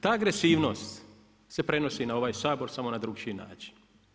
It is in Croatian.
Ta agresivnost se prenosi na ovaj Saboru samo na drukčiji način.